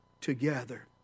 together